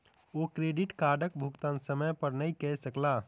ओ credit कार्डक भुगतान समय पर नै कय सकला